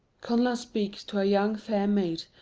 connla speaks to a young, fair maid,